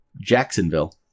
Jacksonville